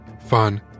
fun